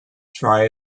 try